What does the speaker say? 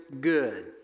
good